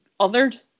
othered